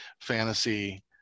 fantasy